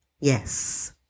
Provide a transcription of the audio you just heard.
Yes